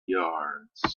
yards